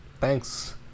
Thanks